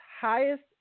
highest